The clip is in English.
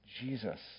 Jesus